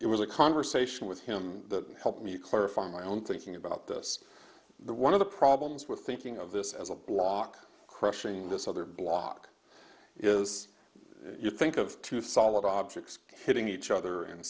it was a conversation with him that helped me clarify my own thinking about this the one of the problems with thinking of this as a block crushing this other block is you think of two solid objects hitting each other and